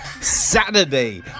Saturday